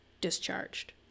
discharged